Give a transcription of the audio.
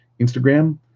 Instagram